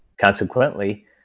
Consequently